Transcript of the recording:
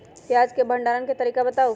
प्याज के भंडारण के तरीका बताऊ?